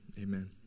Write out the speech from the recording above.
amen